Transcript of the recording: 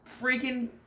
freaking